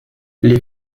les